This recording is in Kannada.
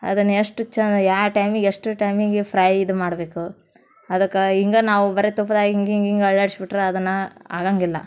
ಅದನ್ನು ಎಷ್ಟು ಚ ಯಾವ ಟೈಮಿಗೆ ಎಷ್ಟು ಟೈಮಿಗೆ ಫ್ರೈ ಇದು ಮಾಡಬೇಕು ಅದಕ್ಕೆ ಹಿಂಗೆ ನಾವು ಬರೇ ತುಪ್ದಾಗೆ ಹಿಂಗೆ ಹಿಂಗೆ ಹಿಂಗೆ ಅಳ್ಳಾಡ್ಸ್ಬಿಟ್ರ ಅದನ್ನು ಆಗೋಂಗಿಲ್ಲ